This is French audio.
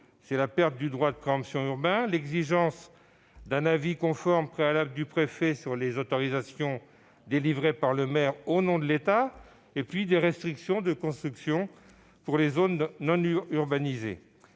: perte du droit de préemption urbain ; exigence d'un avis conforme préalable du préfet sur les autorisations délivrées par le maire au nom de l'État ; restrictions de construction pour les zones non urbanisées.